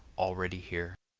already here?